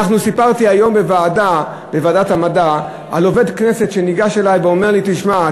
סיפרתי היום בוועדת המדע על עובד כנסת שניגש אלי ואמר לי: תשמע,